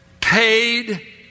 paid